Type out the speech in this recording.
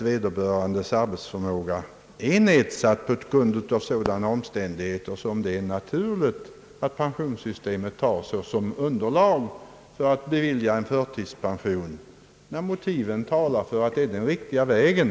Vederbörandes arbetsförmåga kan ju vara nedsatt på grund av sådana omständigheter, som i pensionssystemet betraktas som ett naturligt underlag för att bevilja en förtidspension, d. v. s. när motiven talar för att det är den riktiga vägen.